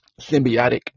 symbiotic